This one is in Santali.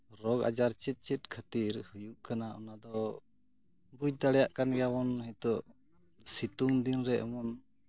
ᱟᱛᱩ ᱟᱵᱚᱣᱟᱜ ᱟᱛᱩ ᱫᱤᱥᱚᱢ ᱨᱮ ᱱᱤᱛᱳᱜ ᱡᱟᱦᱟᱸ ᱨᱳᱜᱽ ᱟᱡᱟᱨ ᱪᱮᱫ ᱪᱮᱫ ᱠᱷᱟᱹᱛᱤᱨ ᱦᱩᱭᱩᱜ ᱠᱟᱱᱟ ᱚᱱᱟ ᱚ ᱵᱩᱡ ᱫᱟᱲᱭᱟᱜ ᱠᱟᱱᱱ ᱜᱮᱭᱟ ᱵᱚᱱ ᱱᱤᱛᱳᱜ ᱥᱤᱛᱩᱝ ᱫᱤᱱ ᱨᱮ ᱮᱢᱚᱱ